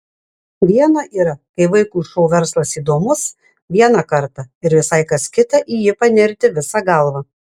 viena yra kai vaikui šou verslas įdomus vieną kartą ir visai kas kita į jį panirti visa galva